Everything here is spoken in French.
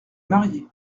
marié